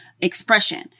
expression